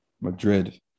Madrid